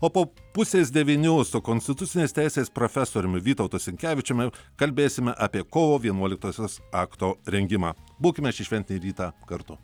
o po pusės devynių su konstitucinės teisės profesoriumi vytautu sinkevičiumi kalbėsime apie kovo vienuoliktosios akto rengimą būkime šį šventinį rytą kartu